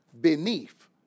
beneath